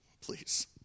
Please